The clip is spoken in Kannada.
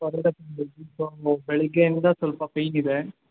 ಸೊ ಬೆಳಗ್ಗೆಯಿಂದ ಸ್ವಲ್ಪ ಪೈನಿದೆ